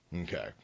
Okay